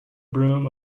broom